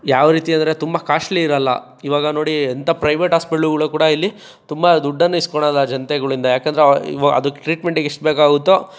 ಯಾವ ರೀತಿ ಅಂದರೆ ತುಂಬ ಕಾಸ್ಟ್ಲಿ ಇರಲ್ಲ ಇವಾಗ ನೋಡಿ ಎಂಥ ಪ್ರೈವೇಟ್ ಆಸ್ಪಿಟ್ಲ್ಗಳು ಕೂಡ ಇಲ್ಲಿ ತುಂಬ ದುಡ್ಡನ್ನು ಈಸ್ಕೊಳಲ್ಲ ಜನತೆಗಳಿಂದ ಏಕೆಂದ್ರೆ ಇವು ಅದಕ್ಕೆ ಟ್ರೀಟ್ಮೆಂಟ್ಗೆ ಎಷ್ಟು ಬೇಕಾಗುತ್ತೋ